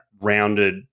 rounded